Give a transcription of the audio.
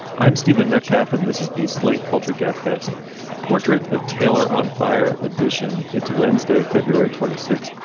i'm stephen metcalf and this is the slate culture gabfest portrait of taylor on fire edition. it's wednesday, february twenty six,